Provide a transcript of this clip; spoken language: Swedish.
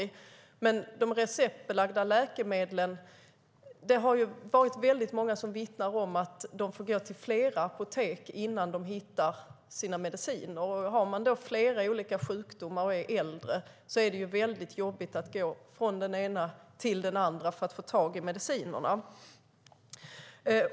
När det gäller receptbelagda läkemedel vittnar många om att de får gå till flera apotek innan de hittar sina mediciner. Har man flera olika sjukdomar och är äldre är det jobbigt att gå från det ena stället till det andra för att få tag i medicinerna.